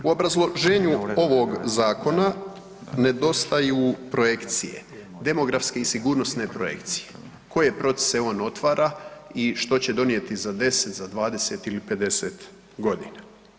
U obrazloženju ovog zakona nedostaju projekcije, demografske i sigurnosne projekcije, koje procese on otvara i što će donijeti za 10, 20 ili 50 godina.